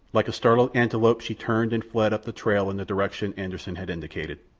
like a startled antelope she turned and fled up the trail in the direction anderssen had indicated.